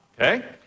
Okay